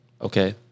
Okay